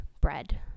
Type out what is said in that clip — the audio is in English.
bread